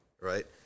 right